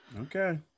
Okay